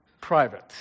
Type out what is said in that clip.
private